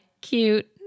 cute